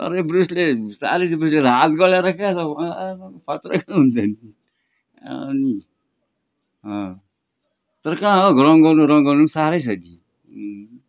तर यो ब्रुसले साह्रै च्यापुन्जेल हात गलेर क्या तपाईँको ऐयामा पनि खत्रा हुन्छ नि अनि अँ तर कहाँ हो घरमा गर्नु रङ गर्नु साह्रै छ कि